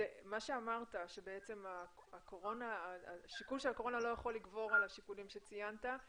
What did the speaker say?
אמרת שהשיקול של הקורונה לא יכול לגבור על השיקולים שציינת,